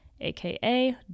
AKA